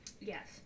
yes